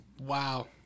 Wow